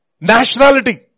Nationality